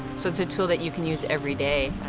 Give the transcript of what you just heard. so it's a tool that you can use every day